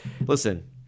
listen